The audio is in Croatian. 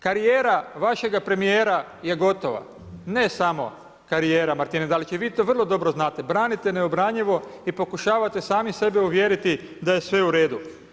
Karijera vašega premijera je gotova, ne samo karijera Martine Dalić i vi to vrlo dobro znate, branite neobranjivo i pokušavate sami sebe uvjeriti da je sve u redu.